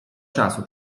czasu